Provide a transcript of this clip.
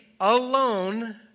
alone